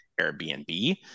Airbnb